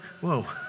whoa